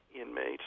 inmates